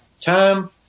time